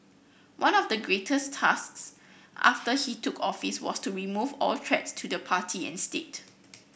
one of the greatest tasks after he took office was to remove all threats to the party and state